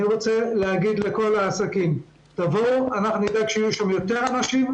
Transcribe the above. אני רוצה להגיד לכל העסקים: תבואו ואנחנו נדאג שיהיו שם יותר אנשים.